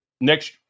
next